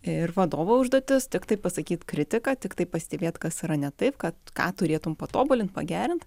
ir vadovo užduotis tiktai pasakyt kritiką tiktai pastebėt kas yra ne taip kad ką turėtum patobulint pagerint